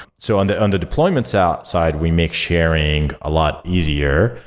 so on the and deployment so side, we make sharing a lot easier.